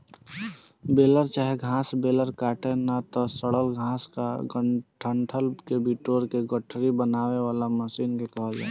baler चाहे घास baler काटल ना त सड़ल घास आ डंठल के बिटोर के गठरी बनावे वाला मशीन के कहाला